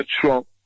Trump